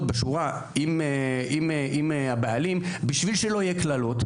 בשורה עם הבעלים בשביל שלא יהיו קללות.